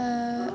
হ